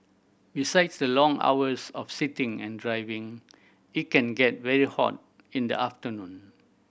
besides the long hours of sitting and driving it can get very hot in the afternoon